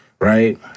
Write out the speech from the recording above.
Right